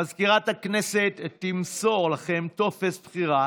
מזכירת הכנסת תמסור לכם טופס בחירה